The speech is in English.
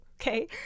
Okay